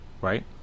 Right